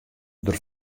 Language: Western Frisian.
der